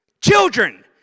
Children